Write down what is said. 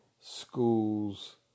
schools